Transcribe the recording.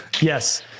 Yes